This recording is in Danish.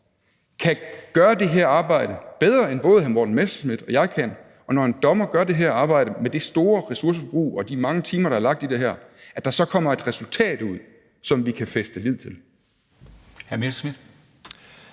kan gøre det her arbejde bedre, end både hr. Morten Messerschmidt og jeg kan, og at der, når en dommer gør det her arbejde med det store ressourceforbrug og de mange timer, der er lagt i det, så kommer et resultat ud, som vi kan fæste lid til. Kl. 14:10 Formanden